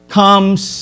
comes